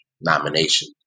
nomination